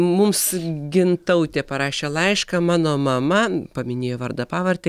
mums gintautė parašė laišką mano mama paminėjo vardą pavardę